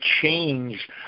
change